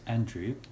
Andrew